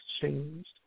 changed